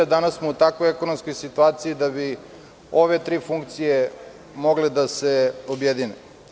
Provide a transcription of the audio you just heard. Danas smo u takvoj ekonomskoj situaciji da bi ove tri funkcije mogle da se objedine.